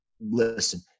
listen